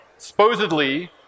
supposedly